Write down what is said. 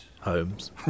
Holmes